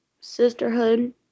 sisterhood